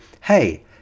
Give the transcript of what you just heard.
hey